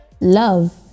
love